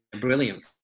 brilliant